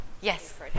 Yes